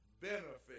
benefit